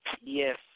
Yes